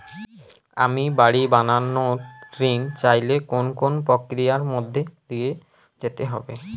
আমি বাড়ি বানানোর ঋণ চাইলে কোন কোন প্রক্রিয়ার মধ্যে দিয়ে যেতে হবে?